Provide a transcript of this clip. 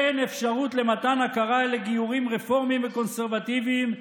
אין אפשרות למתן הכרה לגיורים רפורמיים וקונסרבטיביים,